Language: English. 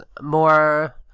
more